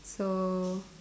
so